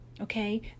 Okay